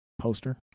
poster